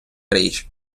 річ